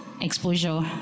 exposure